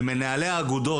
ומנהלי האגודות,